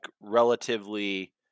relatively